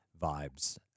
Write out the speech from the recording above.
vibes